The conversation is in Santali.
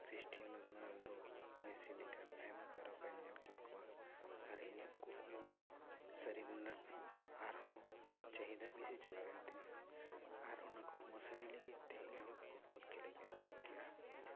ᱠᱨᱤᱥᱴᱤᱭᱟᱱᱳ ᱨᱳᱱᱟᱞᱰᱳ ᱢᱤᱥᱤ ᱞᱮᱠᱟᱱ ᱟᱭᱢᱟ ᱛᱟᱨᱚᱠᱟᱹᱧ ᱧᱮᱞ ᱠᱮᱫ ᱠᱚᱣᱟ ᱟᱨ ᱤᱧᱟᱹᱜ ᱠᱩᱠᱢᱩ ᱥᱟᱹᱨᱤ ᱨᱮᱱᱟᱜ ᱟᱨᱦᱚᱸ ᱪᱟᱹᱦᱤᱫᱟ ᱵᱮᱥᱤ ᱪᱟᱞᱟᱣᱮᱱ ᱛᱤᱧᱟᱹ ᱟᱨ ᱚᱱᱟ ᱠᱩᱠᱢᱩ ᱥᱟᱹᱨᱤ ᱞᱟᱹᱜᱤᱫᱛᱮ ᱤᱧ ᱦᱚᱸ ᱯᱷᱩᱴᱵᱚᱞ ᱠᱷᱮᱞ ᱤᱧ ᱮᱛᱚᱦᱚᱵ ᱠᱮᱜᱼᱟ